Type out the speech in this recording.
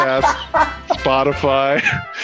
Spotify